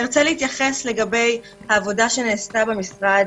אתייחס לעבודה שנעשה במשרד